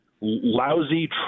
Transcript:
lousy